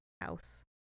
house